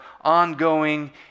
ongoing